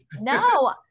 No